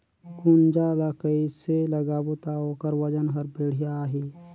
गुनजा ला कइसे लगाबो ता ओकर वजन हर बेडिया आही?